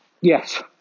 yes